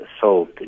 sold